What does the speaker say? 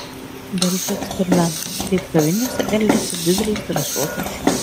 delfi eksperimentas kaip kavinėse elgiasi didelis dresuotas šuo